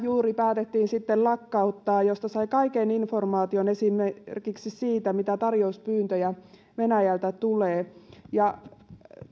päätettiin sitten lakkauttaa josta sai kaiken informaation esimerkiksi siitä mitä tarjouspyyntöjä venäjältä tulee